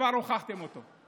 כבר הוכחתם את זה.